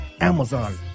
Amazon